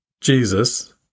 jesus